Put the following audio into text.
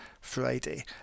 Friday